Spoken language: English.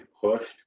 pushed